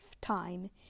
time